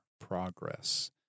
progress